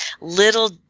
little